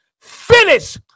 Finish